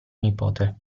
nipote